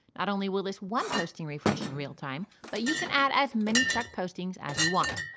not only will this one posting refresh in real time, but you can add as many truck postings as you want,